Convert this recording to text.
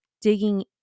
digging